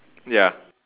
ya